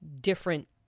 different